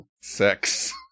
Sex